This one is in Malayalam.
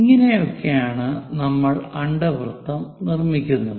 ഇങ്ങനെ ഒക്കെ ആണ് നമ്മൾ അണ്ഡവൃത്തം നിർമ്മിക്കുന്നത്